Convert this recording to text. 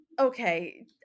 okay